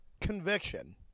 conviction